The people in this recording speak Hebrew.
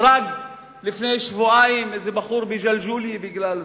ולפני שבועיים נהרג איזה בחור בג'לג'וליה בגלל זה.